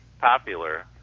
popular